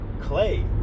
Clay